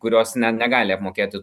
kurios ne negali apmokėti